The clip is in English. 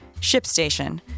ShipStation